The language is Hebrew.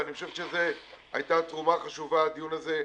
ואני חושב שזו הייתה תרומה חשובה, הדיון הזה.